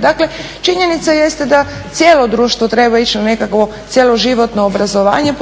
Dakle, činjenica jeste da cijelo društvo treba ići na nekakvo cijeloživotno obrazovanje